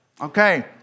Okay